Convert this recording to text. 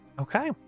okay